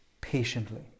patiently